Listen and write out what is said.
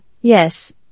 yes